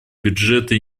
бюджета